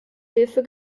hilfe